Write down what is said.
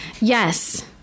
Yes